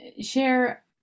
share